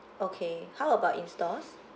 okay how about in stores